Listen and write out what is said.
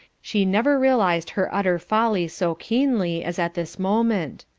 she never realised her utter folly so keenly as at this moment.